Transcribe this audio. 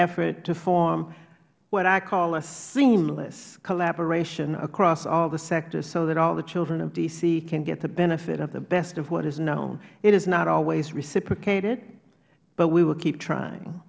effort to form what i call a seamless collaboration across all the sectors so that all the children of d c can get the benefit of the best of what is known it is not always reciprocated but we will keep trying